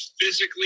physically